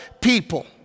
people